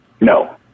No